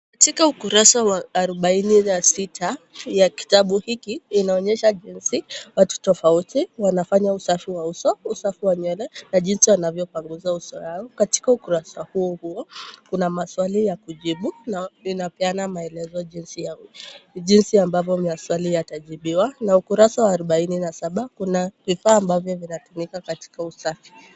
Katika ukurasa wa arubaini na sita ya kitabu hiki, inaonyesha jinsi watu tofauti wanafanya usafi wa uso, usafi wa nywele na jinsi wanavyopanguza uso wao. Katika ukurasa uo huo kuna maswali ya kujibu na inapeana maelezo jinsi ya, jinsi ambavyo maswali yatajibiwa. Na ukurasa wa arobaini na saba kuna vifaa ambavyo vinatumika katika usafi.